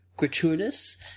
gratuitous